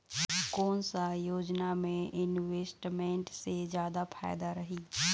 कोन सा योजना मे इन्वेस्टमेंट से जादा फायदा रही?